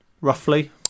roughly